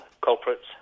culprits